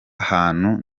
hantu